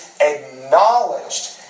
acknowledged